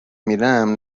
میرم